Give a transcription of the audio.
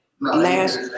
last